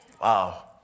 Wow